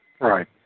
Right